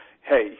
hey